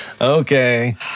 Okay